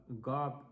god